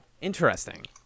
interesting